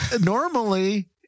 normally